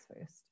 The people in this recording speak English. first